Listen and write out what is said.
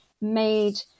made